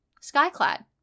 Skyclad